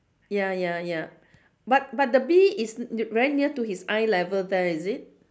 ya ya ya but but the bee is very near to his eye level there is it